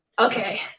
okay